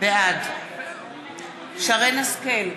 בעד שרן השכל,